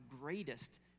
greatest